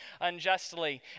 unjustly